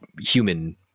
human